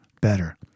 better